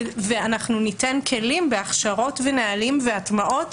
ואנחנו ניתן כלים בהכשרות ונהלים והטמעות